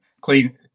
clean